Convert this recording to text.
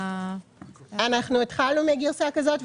אנחנו התחלנו מגרסה כזאת,